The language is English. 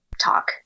talk